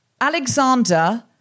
Alexander